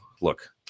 look